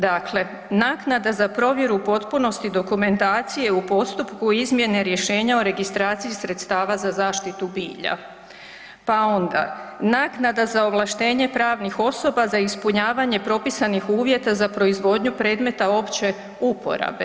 Dakle, naknada za provjeru potpunosti dokumentacije u postupku izmjene rješenja o registraciji sredstava za zaštitu bilja, pa onda naknada za ovlaštenje pravnih osoba za ispunjavanje propisanih uvjeta za proizvodnju predmeta opće uporabe.